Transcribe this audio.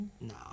No